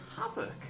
Havoc